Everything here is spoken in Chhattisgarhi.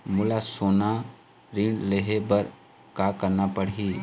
मोला सोना ऋण लहे बर का करना पड़ही?